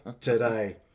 Today